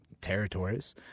territories